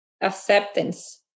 acceptance